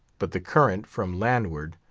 but the current from landward,